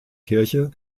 kirche